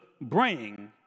bring